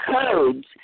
codes